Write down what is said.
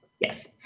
Yes